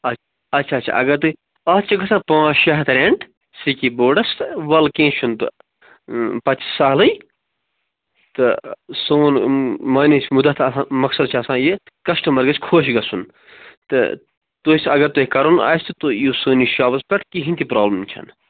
اَچھ اَچھا اَچھا اگر تُہۍ اَتھ چھِ گژھان پانٛژھ شےٚ ہتھ رینٛٹ سِکی بورڈس ولہٕ کیٚنٛہہ چھُ نہٕ تہٕ پتہٕ چھُ سہلٕے تہٕ سون معنے چھُ مُدا آسن مقصد چھُ اسان یہِ کسٹٕمر گژھِ خۄش گژھُن تہٕ تُہۍ اگر تۅہہِ کَرُن آسہِ تہٕ تُہۍ یِیِو سٲنِس شاپس پٮ۪ٹھ کہیٖنٛۍ تہ پرٛابلِم چھےٚ نہٕ